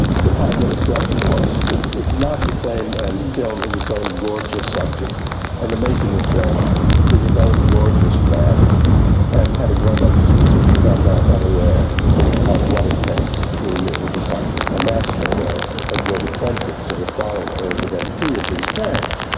department of film, of course, it's it's not the same and film is it's own gorgeous subject and the making of film is it's own gorgeous craft and having grown up as a musician i'm not unaware of what it takes to really become a master or a good apprentice or a follower or of a devotee of these crafts.